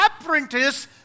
apprentice